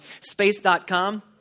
space.com